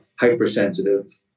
hypersensitive